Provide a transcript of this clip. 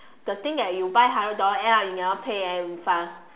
the thing that you buy hundred dollars end up you never pay and you refund